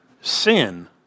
sin